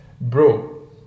Bro